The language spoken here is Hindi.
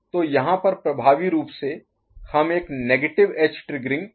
तो यहाँ पर प्रभावी रूप से हम एक नेगेटिव एज ट्रिग्गरिंग प्राप्त कर रहे हैं